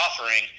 offering